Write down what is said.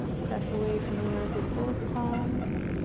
press away from the earth with both palms,